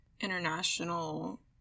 international